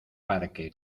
parque